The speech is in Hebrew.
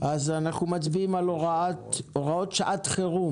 אז אנחנו מצביעים על הוראות שעת חירום.